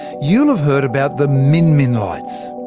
you'll have heard about the min min lights.